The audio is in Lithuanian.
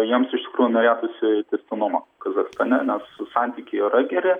jiems iš tikrųjų norėtųsi tęstinumo kazachstane nes santykiai yra geri